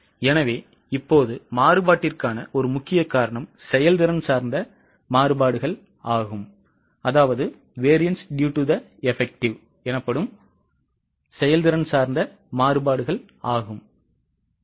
எனவே இப்போது மாறுபாட்டிற்கான ஒரு முக்கிய காரணம் செயல்திறன் சார்ந்த மாறுபாடுகள் ஆகும்